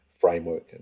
framework